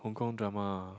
Hong-Kong drama